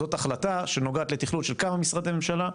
זאת החלטה שנוגעת לתכלול של כמה משרדי ממשלה,